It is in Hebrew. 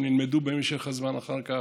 שנלמדו בהמשך הזמן אחר כך,